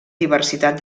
diversitat